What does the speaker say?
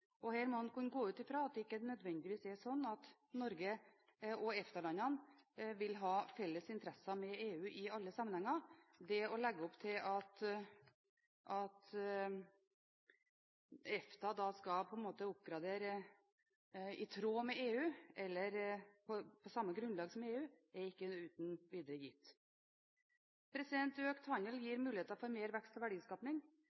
Her må man kunne gå ut fra at det ikke nødvendigvis er slik at Norge og EFTA-landene vil ha felles interesser med EU i alle sammenhenger. Å legge opp til at EFTA skal oppgradere i tråd med eller på samme grunnlag som EU, er ikke uten videre gitt. Økt handel